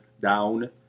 down